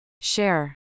Share